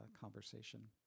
conversation